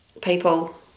people